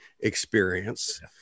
experience